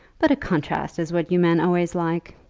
but a contrast is what you men always like.